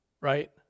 right